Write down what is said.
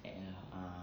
and uh